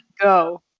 Go